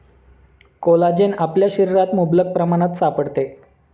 collagen आपल्या शरीरात मुबलक प्रमाणात सापडते